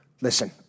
Listen